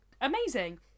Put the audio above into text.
amazing